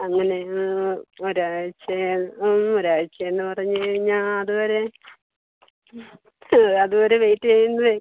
അങ്ങനെ ഒരാഴ്ച്ചയായത് ഒരാഴ്ചയെന്ന് പറഞ്ഞ് കഴിഞ്ഞാൽ അതുവരെ അതുവരെ വെയിറ്റ് ചെയ്യുന്നതേ